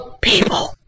people